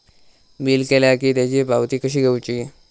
Bill केला की त्याची पावती कशी घेऊची?